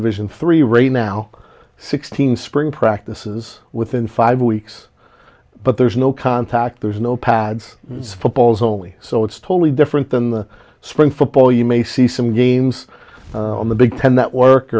division three right now sixteen spring practices within five weeks but there's no contact there's no pads it's footballs only so it's totally different than the spring football you may see some games on the big ten network